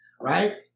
right